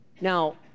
Now